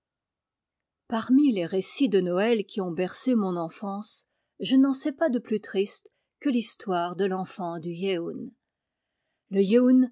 parmi les récits de noël qui ont bercé mon enfance je n'en sais pas de plus triste que l'histoire de l'enfant du yeun le yeun